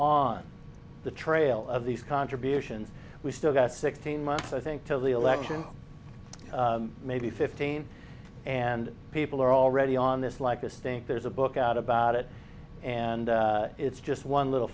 on the trail of these contributions we've still got sixteen months i think till the election maybe fifteen and people are already on this like a stink there's a book out about it and it's just one little